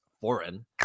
foreign